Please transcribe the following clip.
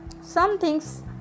something's